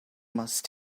must